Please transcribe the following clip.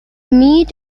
meat